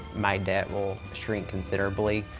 my debt will shrink considerably.